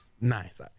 Nice